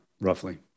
roughly